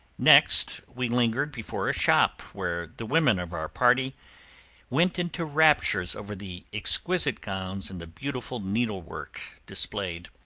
next we lingered before a shop where the women of our party went into raptures over the exquisite gowns and the beautiful needlework displayed.